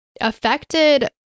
affected